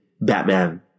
Batman